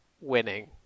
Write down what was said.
winning